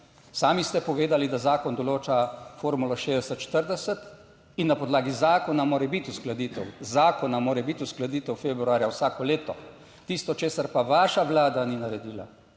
Sami ste povedali, da zakon določa formulo 60:40 in na podlagi zakona mora biti uskladitev, zakona mora biti uskladitev februarja vsako leto. Tisto česar pa vaša Vlada ni naredila,